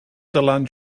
dylan